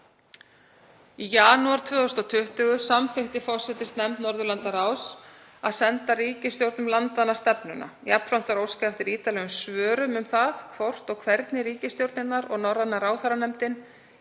Í janúar 2020 samþykkti forsætisnefnd Norðurlandaráðs að senda ríkisstjórnum landanna stefnuna. Jafnframt var óskað eftir ítarlegum svörum um það hvort og hvernig ríkisstjórnirnar og Norræna ráðherranefndin